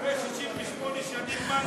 אחרי 68 שנים מה גילית.